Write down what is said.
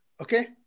Okay